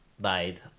died